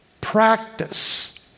practice